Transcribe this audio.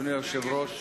אדוני היושב-ראש,